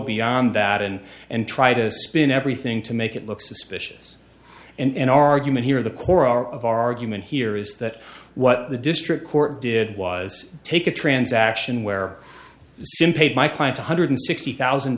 beyond that and and try to spin everything to make it look suspicious and argument here the core of our argument here is that what the district court did was take a transaction where simm paid my clients one hundred sixty thousand